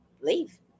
leave